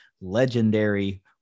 legendary